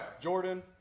Jordan